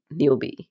newbie